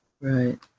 right